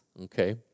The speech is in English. okay